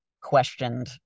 questioned